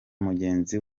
mugenzi